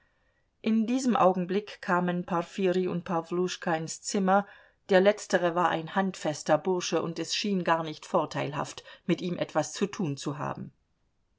in diesem augenblick kamen porfirij und pawluschka ins zimmer der letztere war ein handfester bursche und es schien gar nicht vorteilhaft mit ihm etwas zu tun zu haben